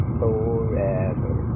forever